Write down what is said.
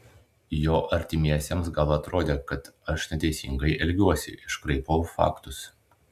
jo artimiesiems gal atrodė kad aš neteisingai elgiuosi iškraipau faktus